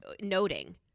noting